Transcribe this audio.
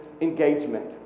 engagement